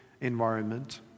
environment